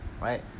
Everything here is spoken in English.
Right